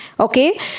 Okay